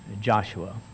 Joshua